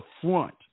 front